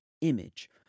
image